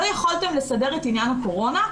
לא יכולתם לסדר את עניין הקורונה,